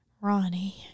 Ronnie